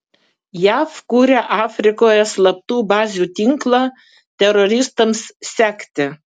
jav kuria afrikoje slaptų bazių tinklą teroristams sekti